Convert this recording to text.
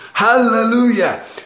Hallelujah